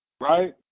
right